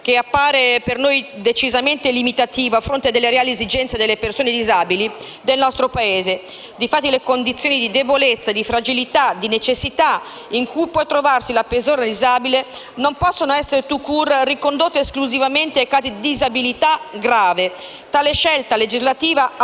che appare per noi decisamente limitativo, a fronte delle reali esigenze delle persone disabili nel nostro Paese. Infatti, le condizioni di debolezza, di fragilità e di necessità in cui può trovarsi una persona disabile non possono essere ricondotte *tout court* esclusivamente ai casi di disabilità grave. Tale scelta legislativa appare